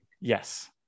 Yes